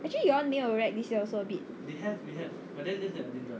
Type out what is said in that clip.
actually you all 没有 recc~ this year also a bit